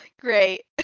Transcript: Great